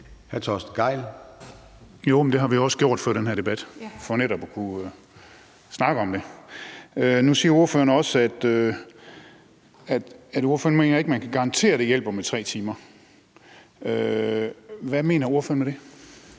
Torsten Gejl (ALT): Det har vi også gjort før den her debat for netop at kunne snakke om det. Nu siger ordføreren også, at ordføreren ikke mener, man kan garantere, at det hjælper med 3 timer. Hvad mener ordføreren med det?